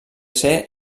ser